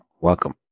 welcome